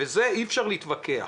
ועל זה אי-אפשר להתווכח.